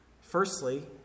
firstly